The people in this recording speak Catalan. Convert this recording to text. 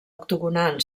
octogonal